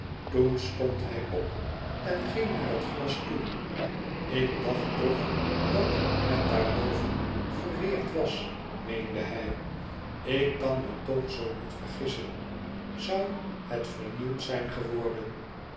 toen stond hij op en ging naar het glas toe ik dacht toch dat het daarboven verweerd was meende hij ik kan me toch zoo niet vergissen zoû het vernieuwd zijn geworden